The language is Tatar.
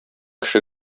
кеше